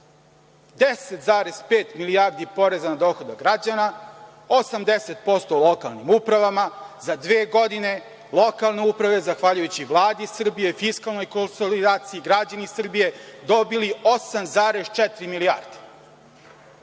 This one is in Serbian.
10,5 milijardi je porez na dohodak građana, 80% lokalnim upravama. Za dve godine lokalne uprave, zahvaljujući Vladi Srbije, fiskalnoj konsolidaciji, su dobile 8,4 milijarde.